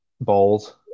Balls